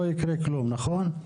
לא יקרה כלום, נכון?